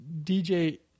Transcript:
DJ